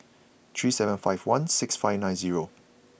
three seven five one six five nine zero